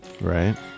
Right